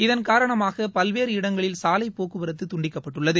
இதன்காரணமாக பல்வேறு இடங்களில் சாலைப்போக்குவரத்து துண்டிக்கப்பட்டுள்ளது